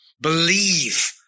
Believe